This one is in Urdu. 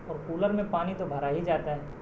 اور کولر میں پانی تو بھرا ہی جاتا ہے